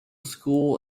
school